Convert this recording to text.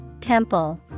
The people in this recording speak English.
Temple